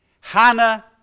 Hannah